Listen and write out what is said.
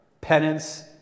penance